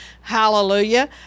hallelujah